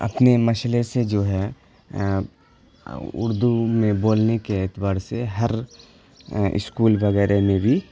اتنے مسئلے سے جو ہے اردو میں بولنے کے اعتبار سے ہر اسکول وغیرہ میں بھی